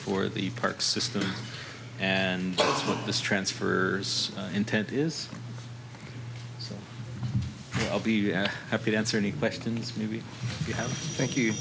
for the park system and this transfer intent is i'll be happy to answer any questions maybe you have